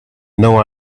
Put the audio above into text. know